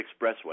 Expressway